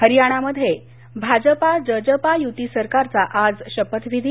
हरियाणामध्ये भाजपा जजपा युती सरकारचा आज शपथविधी